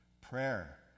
prayer